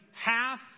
half